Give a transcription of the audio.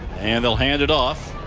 and they'll hand it off.